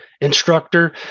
instructor